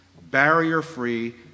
barrier-free